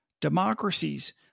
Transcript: democracies